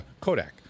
Kodak